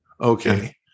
Okay